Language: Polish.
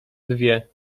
dwie